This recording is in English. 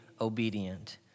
obedient